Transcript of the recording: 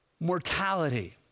mortality